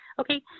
okay